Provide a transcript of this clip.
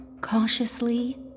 cautiously